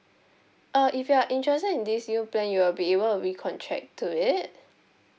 uh if you're interested in this new plan you'll be able recontract to it